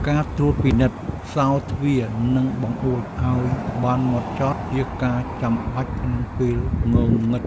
ការត្រួតពិនិត្យសោរទ្វារ និងបង្អួចឱ្យបានហ្មត់ចត់ ជាការចាំបាច់ក្នុងពេលងងឹត។